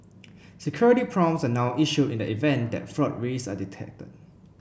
security prompts are now issued in the event that fraud risks are detected